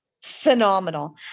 Phenomenal